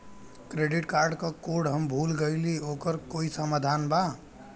Credit card क code हम भूल गइली ओकर कोई समाधान बा?